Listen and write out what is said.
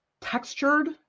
textured